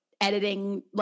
editing